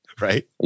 Right